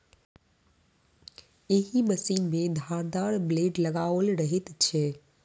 एहि मशीन मे धारदार ब्लेड लगाओल रहैत छै